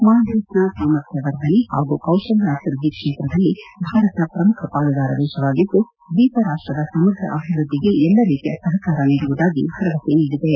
ಮಾಲ್ಡೀವ್ಸ್ನ ಸಾಮರ್ಥ್ಯವರ್ಧನೆ ಹಾಗೂ ಕೌಶಲ್ಯಾಭಿವೃದ್ದಿ ಕ್ಷೇತ್ರದಲ್ಲಿ ಭಾರತ ಪ್ರಮುಖ ಪಾಲುದಾರ ದೇಶವಾಗಿದ್ದು ದ್ವೀಪ ರಾಷ್ವದ ಸಮಗ್ರ ಅಭಿವೃದ್ದಿಗೆ ಎಲ್ಲ ರೀತಿಯ ಸಹಕಾರ ನೀಡುವುದಾಗಿ ಭರವಸೆ ನೀಡಿದೆ